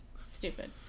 Stupid